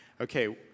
Okay